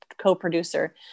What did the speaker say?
co-producer